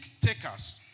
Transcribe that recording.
takers